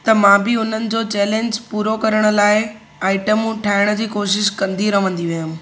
त मां बि उन्हनि जो चैलेंज पूरो करण लाइ आइटमूं ठाहिण जी कोशिशि कंदी रहंदी हुयमि